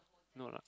no lah